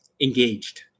engaged